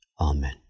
Amen